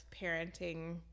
parenting